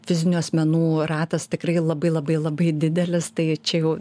fizinių asmenų ratas tikrai labai labai labai didelis tai čia jau